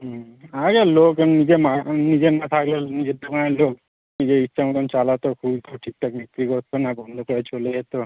হুম আগে লোক নিজে না নিজে না থাকলে নিজে দোকানের লোক নিজের ইচ্ছা মতোন চালাতো খুলতো ঠিক ঠাক বিক্রি করতো না বন্ধ করে চলে যেতো